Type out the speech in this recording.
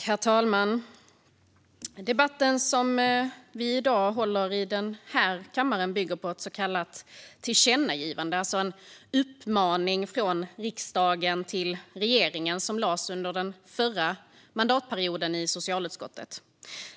Herr talman! Debatten vi nu har i kammaren bygger på ett så kallat tillkännagivande, alltså en uppmaning från riksdagen till regeringen, som föreslogs av socialutskottet under den förra mandatperioden.